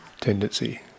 tendency